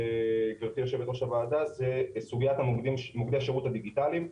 הוא סוגיית מוקדי השירות הדיגיטליים.